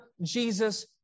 Jesus